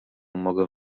mogę